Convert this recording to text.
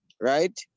right